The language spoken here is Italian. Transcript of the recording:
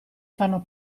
fanno